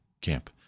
Camp